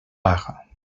paga